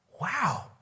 wow